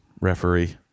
referee